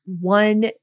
one